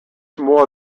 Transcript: more